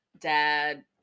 dad